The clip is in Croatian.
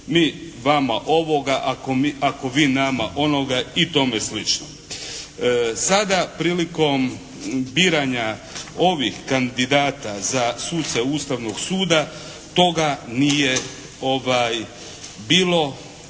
mi vama ovoga, ako vi nama onoga i tome slično. Sada prilikom biranja ovih kandidata za suce Ustavnog suda toga nije bilo,